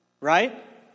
right